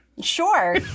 Sure